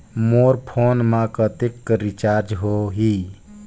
मोर phone मा कतेक कर रिचार्ज हो ही?